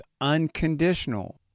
unconditional